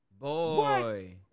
boy